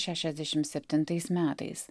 šešiasdešim septintais metais